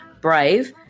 Brave